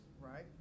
right